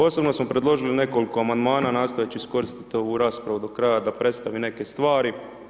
Osobno smo predložili nekoliko amandmana, nastojat ću iskoristit ovu raspravu do kraja da predstavim neke stvari.